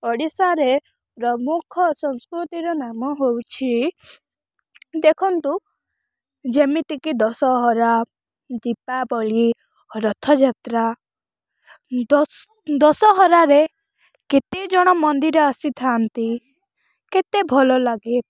ଓଡ଼ିଶାରେ ପ୍ରମୁଖ ସଂସ୍କୃତିର ନାମ ହଉଛି ଦେଖନ୍ତୁ ଯେମିତିକି ଦଶହରା ଦୀପାବଳି ରଥଯାତ୍ରା ଦଶହରାରେ କେତେ ଜଣ ମନ୍ଦିର ଆସିଥାନ୍ତି କେତେ ଭଲଲାଗେ